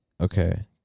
Okay